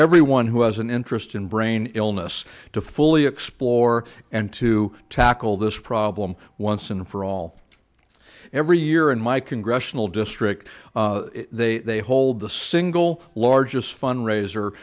everyone who has an interest in brain illness to fully explore and to tackle this problem once and for all every year in my congressional district they hold the single largest fundraiser